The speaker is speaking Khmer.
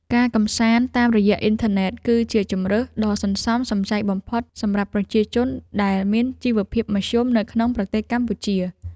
ការកម្សាន្តតាមរយៈអ៊ីនធឺណិតគឺជាជម្រើសដ៏សន្សំសំចៃបំផុតសម្រាប់ប្រជាជនដែលមានជីវភាពមធ្យមនៅក្នុងប្រទេសកម្ពុជា។